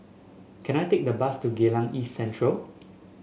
can I take a bus to Geylang East Central